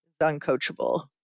uncoachable